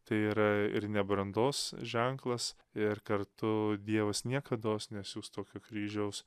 tai yra ir ne brandos ženklas ir kartu dievas niekados nesiųs tokio kryžiaus